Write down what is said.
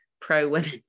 pro-women